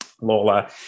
lola